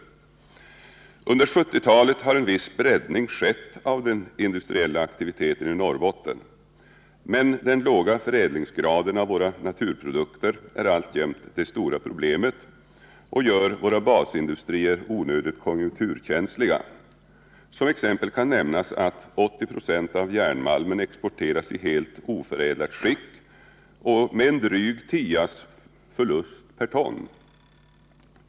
Under 1970-talet har en viss breddning skett av den industriella aktiviteten i Norrbotten, men den låga förädlingsgraden när det gäller våra naturprodukter är alltjämt det stora problemet, och det gör våra basindustrier onödigt konjunkturkänsliga. Som exempel kan nämnas att 80 26 av järnmalmen exporteras i helt oförädlat skick och med en dryg tias förlust per ton.